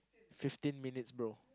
fifteen minutes bro